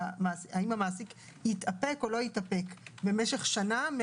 האם המעסיק יתאפק או לא יתאפק במשך שנה.